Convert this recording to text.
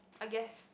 I guess